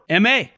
MA